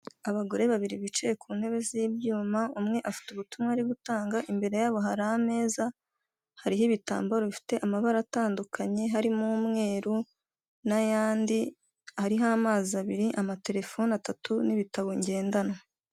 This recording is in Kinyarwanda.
Abagore babiri bicaye ku ntebe z'ibyuma, umwe afite ubutumwa ari gutanga imbere yabo hari ameza, hariho ibitambaro bifite amabara atandukanye, harimo umweru n'ayandi, hariho amazi abiri, amatelefoni atatu n'ibitabo ngendanwa.